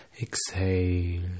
exhale